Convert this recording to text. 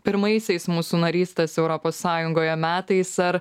pirmaisiais mūsų narystės europos sąjungoje metais ar